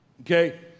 Okay